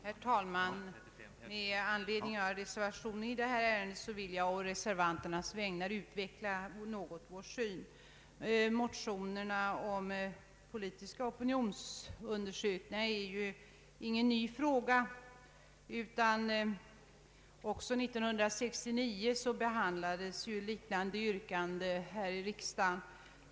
Herr talman! Med anledning av reservationen i detta ärende vill jag å reservanternas vägnar något utveckla vår syn på frågan. Motionerna om politiska opinionsundersökningar är ju inte nya, utan 1969 behandlades ett liknande yrkande här i kammaren.